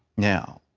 now,